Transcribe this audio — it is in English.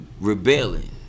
rebelling